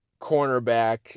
cornerback